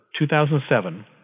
2007